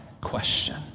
question